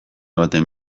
baten